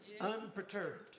unperturbed